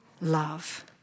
love